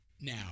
now